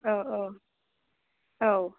औ